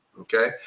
Okay